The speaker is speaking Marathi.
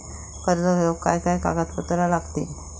कर्ज घेऊक काय काय कागदपत्र लागतली?